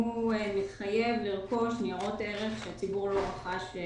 הוא מחייב לרכוש ניירות ערך שהציבור לא רכש.